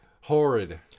Horrid